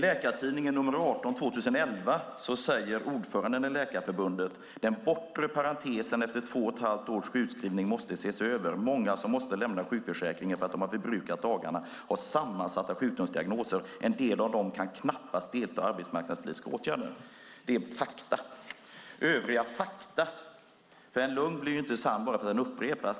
I Läkartidningen nr 18 2011 säger ordföranden i Läkarförbundet: "Den bortre parentesen efter två och ett halvt års sjukskrivning måste ses över. Många som måste lämna sjukförsäkringen för att de har förbrukat dagarna har sammansatta sjukdomsdiagnoser. En del av dem kan knappast delta i arbetsmarknadspolitiska åtgärder." Det är fakta. En lögn blir inte sann bara för att den upprepas.